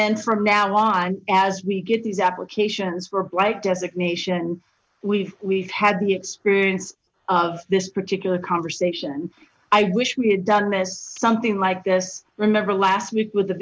then from now on as we get these applications for blight designation we've we've had the experience of this particular conversation i wish we had done something like this remember last with the